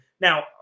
Now